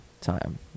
time